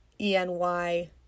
E-N-Y